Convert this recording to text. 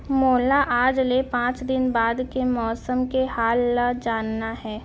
मोला आज ले पाँच दिन बाद के मौसम के हाल ल जानना हे?